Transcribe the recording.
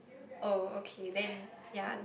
oh okay then ya